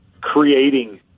creating